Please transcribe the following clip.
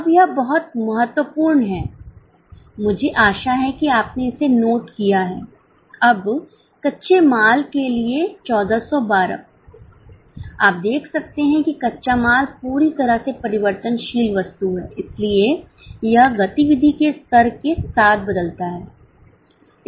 अब यह बहुत महत्वपूर्ण है मुझे आशा है कि आपने इसे नोट किया है अब कच्चे माल के लिए 1412 आप देख सकते हैं कि कच्चा माल पूरी तरह से परिवर्तनशील वस्तु है इसलिए यह गतिविधि के स्तर के साथ बदलता है